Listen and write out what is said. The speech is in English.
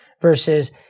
versus